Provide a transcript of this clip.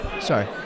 Sorry